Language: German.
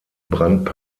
brandt